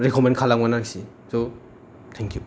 recommend खालामगोन आरोखि स' टेंकिउ